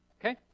okay